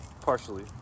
Partially